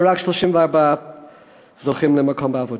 שרק 34% מהם זוכים למקום עבודה.